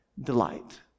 delight